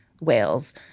whales